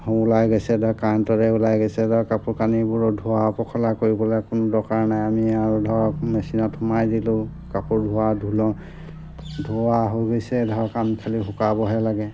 ওলাই গৈছে ধৰক কাৰেণ্টৰে ওলাই গৈছে ধৰক কাপোৰ কানিবোৰ ধোৱা পখলা কৰিবলৈ কোনো দৰকাৰ নাই আমি আৰু ধৰক মেচিনত সোমাই দিলোঁ কাপোৰ ধোৱা ধুল ধোৱা হৈ গৈছে ধৰক আমি খালি শুকাবহে লাগে